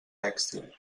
tèxtil